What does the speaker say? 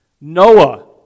Noah